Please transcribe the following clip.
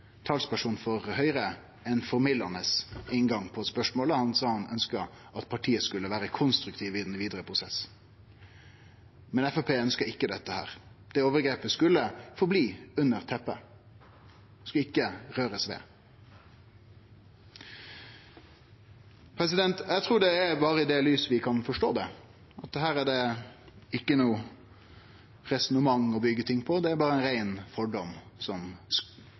talsperson for Høgre, ein formildande inngang i spørsmålet. Han sa han ønskte at partiet skulle vere konstruktivt i den vidare prosessen. Men Framstegspartiet ønskte ikkje dette. Det overgrepet skulle bli verande under teppet. Ein skulle ikkje røre ved det. Eg trur det er berre i det lyset vi kan forstå det – at det her ikkje er noko resonnement å byggje noko på. Det var berre ein rein fordom som